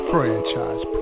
Franchise